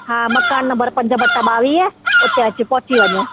हा मकानु नंबर पंज बटा ॿावीह उते अची पहुंची वञे